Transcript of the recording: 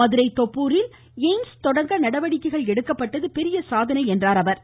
மதுரை தோப்பூரில் எய்ம்ஸ் தொடங்க நடவடிக்கைகள் எடுக்கப்பட்டது பெரிய சாதனை என்றார் அவர்